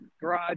garage